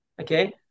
Okay